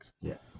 Yes